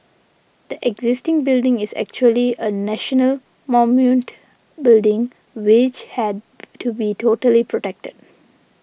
the existing building is actually a national building which had to be totally protected